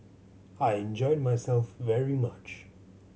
I enjoyed myself very much